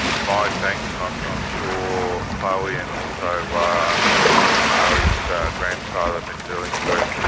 my thanks, and i'm um sure chloe and also ah ari's grandfather mr illingworth,